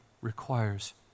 requires